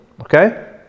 Okay